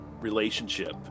relationship